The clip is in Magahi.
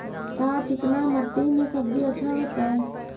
का चिकना मट्टी में सब्जी अच्छा होतै?